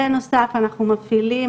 בנוסף אנחנו מפעילים,